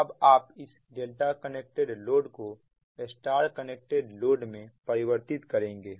अब आप इस डेल्टा कनेक्टेड लोड को स्टार कनेक्टेड लोड में परिवर्तित करेंगे